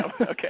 Okay